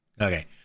Okay